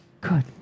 Good